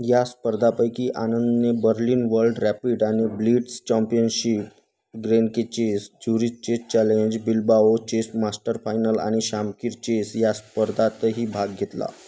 या स्पर्धांपैकी आनंदने बर्लिन वर्ल्ड रॅपिड आणि ब्लिट्स चॉम्पियनशिप ग्रेनकी चेस ज्युरीत chess challenge Bilbao chess master final आणि शामकिर चेस या स्पर्धांतही भाग घेतला